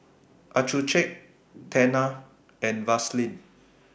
Accucheck Tena and Vaselin